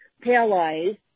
paralyzed